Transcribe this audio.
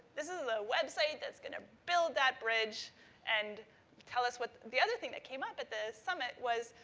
this is a website that's going to build that bridge and tell us what, the other thing that came up at the summit was,